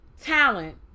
talent